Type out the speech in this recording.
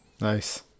Nice